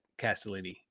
Castellini